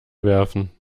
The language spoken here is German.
werfen